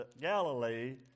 Galilee